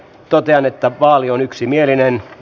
totean että vaali on yksimielinen